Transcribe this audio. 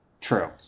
True